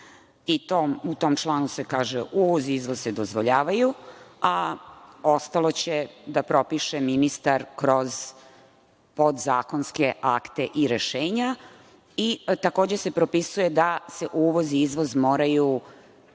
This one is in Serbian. U tom članu se kaže – uvoz i izvoz se dozvoljavaju, a ostalo će da propiše ministar kroz podzakonske akte i rešenja. Takođe se propisuje da se uvoz i izvoz moraju